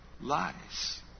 Lies